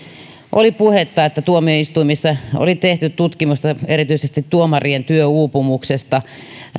oli puhetta että tuomioistuimissa oli tehty tutkimusta erityisesti tuomarien työuupumuksesta